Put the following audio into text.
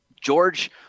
George